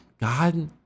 God